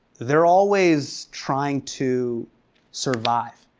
they're always trying to survive.